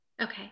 okay